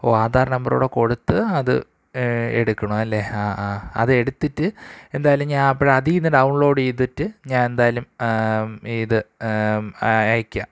ഓ ആധാര് നമ്പറൂടെ കൊടുത്ത് അത് എടുക്കണം അല്ലേ ആ ആ അത് എടുത്തിട്ട് എന്തായാലും ഞാന് അപ്പോള് അതീന്ന് ഡൗൺലോഡെയ്തിട്ട് ഞാന് എന്തായാലും ഇത് അയക്കാം